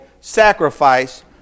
sacrifice